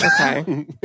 Okay